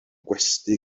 gwesty